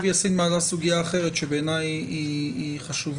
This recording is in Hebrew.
חברת הכנסת ח'טיב יאסין מעלה סוגיה אחרת שבעיניי היא חשובה,